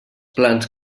plans